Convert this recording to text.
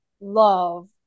love